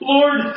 Lord